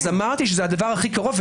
אמרתי שזה הדבר הכי קרוב.